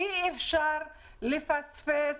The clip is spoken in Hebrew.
אי אפשר לפספס